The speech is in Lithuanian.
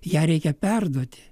ją reikia perduoti